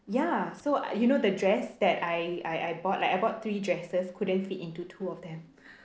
ya so you know the dress that I I bought like I bought three dresses couldn't fit into two of them